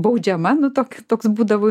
baudžiama nu tok toks būdavo